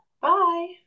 bye